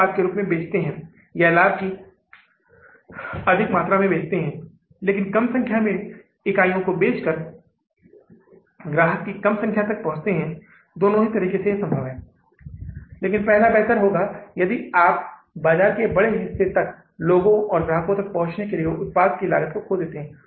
तो कुल कितनी राशि उपलब्ध है उधार फिर से शून्य है जुलाई के महीने की तरह हम अगस्त महीने के लिए कुछ भी उधार नहीं लेने जा रहे हैं लेकिन हमारे पास यह राशि 63470 डॉलर है जिसे हम उधार के शेष का भुगतान करने के लिए उपयोग कर सकते हैं